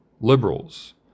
liberals